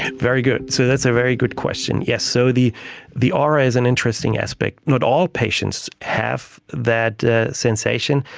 very good, so that's a very good question, yes, so the the aura is an interesting aspect. not all patients have that sensation,